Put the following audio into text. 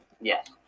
Yes